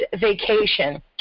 Vacation